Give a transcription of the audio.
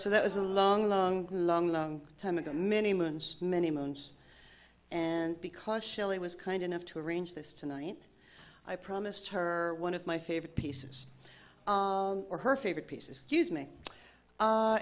so that was a long long long long time ago many moons many moons and because shelley was kind enough to arrange this tonight i promised her one of my favorite pieces or her favorite pieces